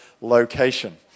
location